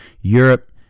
Europe